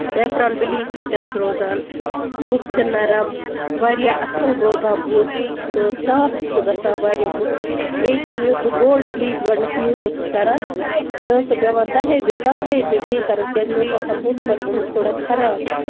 سٮ۪فران bleach سۭتۍ چھُ روزان بُتھ تہِ نرم واریاہ اصٕل روزان بُتھ تہٕ صاف تہِ چھُ گژھان واریاہ بُتھ بیٚیہِ چھِنہٕ یُس بہٕ گوٚلڈ بِلیٖچ گۄڈٕنٮ۪تھ یوٗز ٲسٕس کران مےٚ ٲسۍ سۄ پٮ۪وان دَہی دۄہ پَنٛداہی دۄہ بیٚیہِ کَرٕنۍ تِکیٛازِ مےٚ اوس پَتہٕ بُتھ پَتہٕ گومُت تھوڑا خراب